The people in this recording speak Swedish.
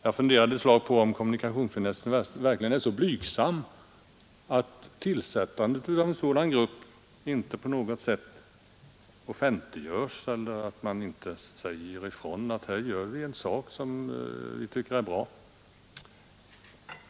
Ett slag undrade jag om kommunikationsministern verkligen är så blygsam att han inte på något sätt offentliggör tillsättandet av en sådan grupp eller säger ifrån att här gör vi en sak som vi tycker är bra.